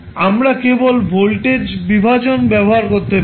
আমরা কেবল ভোল্টেজ বিভাজন ব্যবহার করতে পারি